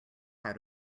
how